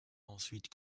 ensuite